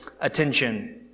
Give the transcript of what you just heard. attention